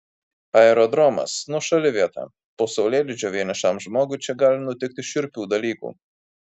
aerodromas nuošali vieta po saulėlydžio vienišam žmogui čia gali nutikti šiurpių dalykų